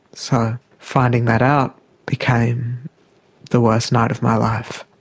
so finding that out became the worst night of my life.